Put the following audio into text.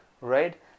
right